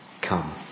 come